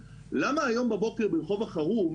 למה היום בבוקר ברח' החרוב,